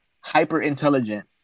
hyper-intelligent